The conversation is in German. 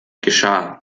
geschah